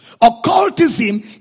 occultism